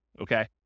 okay